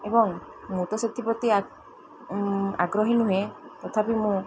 ଏବଂ ମୁଁ ତ ସେଥିପ୍ରତି ଆଗ୍ରହୀ ନୁହେଁ ତଥାପି ମୁଁ